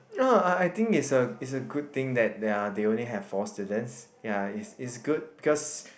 I I I think its's it's a good thing that they are they only have four students ya it's it's good because